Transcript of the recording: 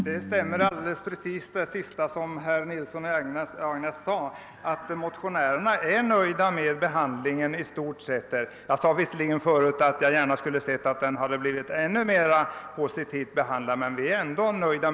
Herr talman! Ja, det stämmer exakt, herr Nilsson i Agnäs, motionärerna är i stort sett nöjda med behandlingen av motionerna. Visserligen sade jag tidigare att jag gärna skulle ha sett att motionerna behandlas ännu mera positivt, men vi är ändå nöjda.